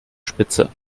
spitze